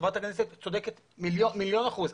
חברת הכנסת צודקת במיליון אחוז.